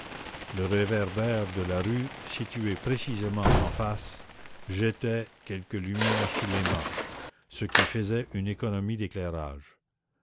le réverbère de la rue situé précisément en face jetait quelque lumière sur les marches ce qui faisait une économie d'éclairage